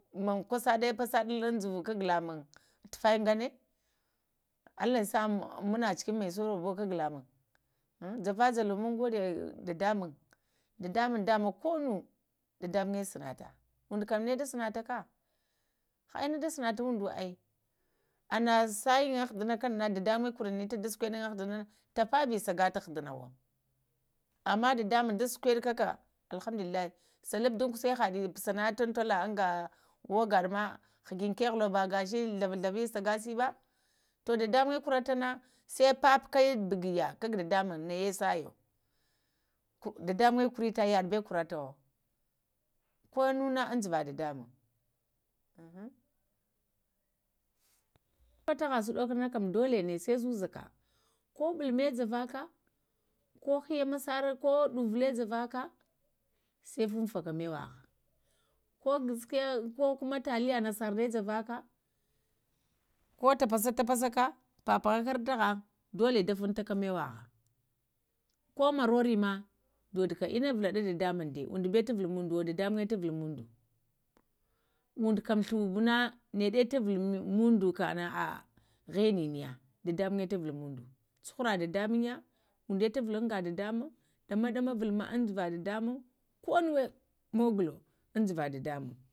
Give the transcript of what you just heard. Maŋ pasaɗa, pasaɗun duzu kaga lammuŋm tu faya ŋgana allah yasa muna cəkən masu rako kagu lamuŋ ahm java-jalo mungoɗa dadamuŋm da ma ko nuwo dadamuŋya sagata ondu kam na da sanatakə, ha ina da sanato onduwo ai ana sayin ahdana kana dadamuŋme koranita da sukudiyin dahaghdana aɓ, tapabə sagata dahdanawo, amma dadamuŋ ma da sukuɗa kaka alhamdulillahi sa lub dun kusha haɗayo pusana tuntola ango ogaɗa ma həgətan kəhulo ba gashə da gwe sa ga si ba to dadamuŋmə korata bavona sai papuka naya buguwa kga dadamuŋm naya sayo, dadamuŋmə kwirata yaɗa bawo kuratawo, konuna juva-dadamuŋya, aham, wurka taha suɗoka na kam dola nə sai zəzaka, ko ɓulmə javaka, ko hiya masara, ko ɗuvula javaka, sai fan fake da məwaha, ko biskya, ko taliya nasara javaka, ko tapasa tapasə-tapasaka, papuhaka thaŋ dola da funtaka da məwa ha, ko morarema doduka ina valaɗu dadamuŋmda ondubayo tu vulmundoyo dadamŋə tu vulmundo, ondokam flwobuna na naɗa tu vulmundo ka na ahah ghənənaya, daɗamuŋdo tuvul mundo cuhuva dadamuŋya ondo tu vulanga dadamuŋm, dama-ɗama vulə ma dzuzu dadamaŋm ko nuwe mogolo duzo dadamuŋm.